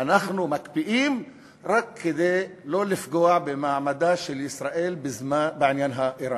אנחנו מקפיאים רק כדי לא לפגוע במעמדה של ישראל בעניין האיראני.